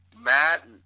Matt